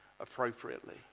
appropriately